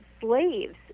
slaves